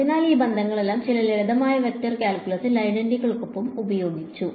അതിനാൽ ഈ ബന്ധങ്ങളെല്ലാം ചില ലളിതമായ വെക്റ്റർ കാൽക്കുലസ് ഐഡന്റിറ്റികൾക്കൊപ്പം ഉപയോഗിച്ചു